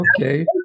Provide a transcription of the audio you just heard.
okay